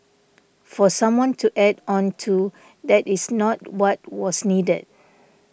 for someone to add on to that is not what was needed